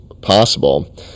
possible